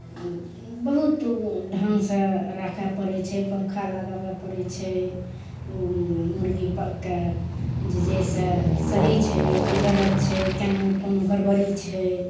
बहुत ढङ्गसँ राखऽ पड़ैत छै पङ्खा लगाबऽ पड़ैत छै मुर्गीके जे जहि से सही छै कि गलत छै कोनो गड़बड़ी छै